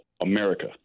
America